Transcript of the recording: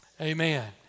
amen